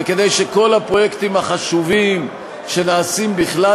וכדי שכל הפרויקטים החשובים שנעשים בכלל